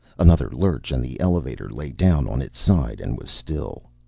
another lurch, and the elevator lay down on its side and was still.